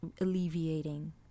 alleviating